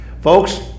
folks